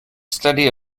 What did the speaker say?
study